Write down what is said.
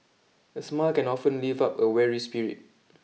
a smile can often lift up a weary spirit